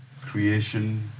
creation